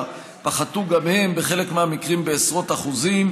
פחתו גם הם בחלק מהמקרים בעשרות אחוזים,